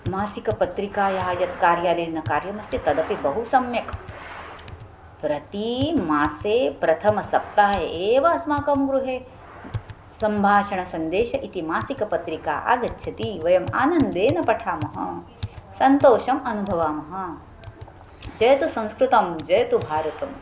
मासिकपत्रिकायाः यत् कार्यालयेन कार्यमस्ति तदपि बहु सम्यक् प्रतिमासं प्रथमसप्ताहे एव अस्माकं गृहे सम्भाषणसन्देशः इति मासिकपत्रिका आगच्छति वयम् आनन्देन पठामः सन्तोषम् अनुभवामः जयतु संस्कृतं जयतु भारतम्